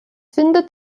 findet